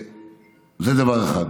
זה דבר אחד.